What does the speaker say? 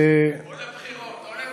או לבחירות.